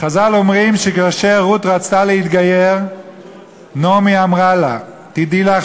חז"ל אומרים שכאשר רות רצתה להתגייר נעמי אמרה לה: תדעי לך